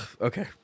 okay